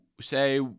say